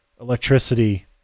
electricity